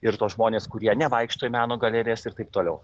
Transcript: ir tuos žmones kurie nevaikšto į meno galerijas ir taip toliau